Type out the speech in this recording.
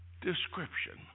description